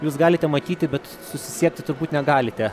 jūs galite matyti bet susisiekti turbūt negalite